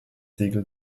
siegel